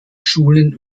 schulen